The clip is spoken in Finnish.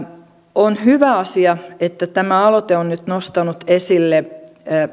on hyvä asia että tämä aloite on nyt nostanut esille